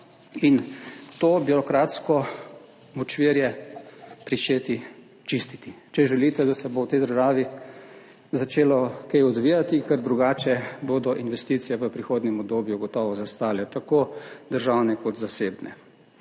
in to birokratsko močvirje pričeti čistiti, če želite, da se bo v tej državi začelo kaj odvijati, ker drugače bodo investicije v prihodnjem obdobju gotovo zastale, tako državne kot zasebne.